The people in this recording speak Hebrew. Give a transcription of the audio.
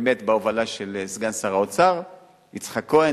באמת בהובלה של סגן שר האוצר יצחק כהן,